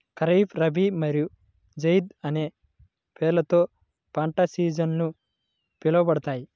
ఖరీఫ్, రబీ మరియు జైద్ అనే పేర్లతో పంట సీజన్లు పిలవబడతాయి